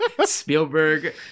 Spielberg